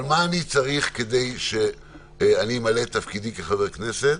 אבל מה אני צריך כדי שאני אמלא את תפקידי כחבר כנסת?